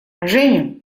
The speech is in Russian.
женя